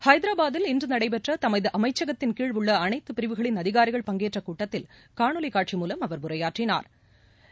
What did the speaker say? ஹைதராபாத்தில் இன்று நடைபெற்ற தமது அமைச்சகத்தின் கீழ் உள்ள அனைத்து பிரிவுகளின் அதிகாரிகள் பங்கேற்ற கூட்டத்தில் காணொலி காட்சி மூலம் அவர் உரையாற்றினா்